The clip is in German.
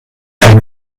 ein